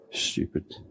Stupid